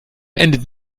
endet